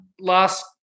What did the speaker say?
last